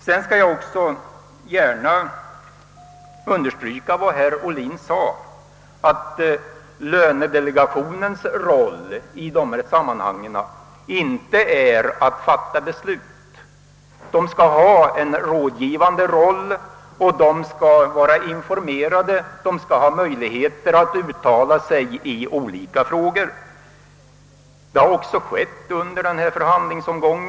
Sedan skall jag gärna understryka vad herr Ohlin sade, att lönedelegationens roll i dessa sammanhang inte är att fatta beslut. Den skall ha en rådgivande uppgift och den skall vara informerad; den skall ha möjligheter att uttala sig i olika frågor. Så har också skett under denna förhandlingsomgång.